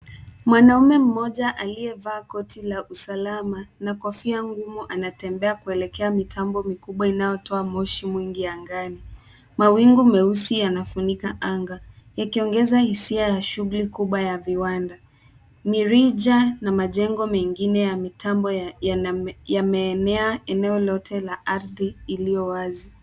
Mwanaume mmoja aliyevaa koti la usalama na kofia ngumu anatembea kuelekea mitambo mikubwa inayotoa moshi mwingi angani. Mawingu meusi yanafunika anga, yakiongeza hisia ya shughuli kubwa ya viwanda, mirija na majengo mengine ya mitambo yameenea eneo lote la ardhi iliyowazi.